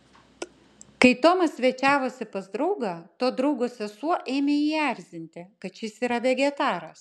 kai tomas svečiavosi pas draugą to draugo sesuo ėmė jį erzinti kad šis yra vegetaras